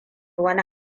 wani